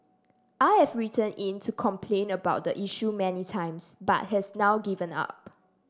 I've written in to complain about the issue many times but has now given up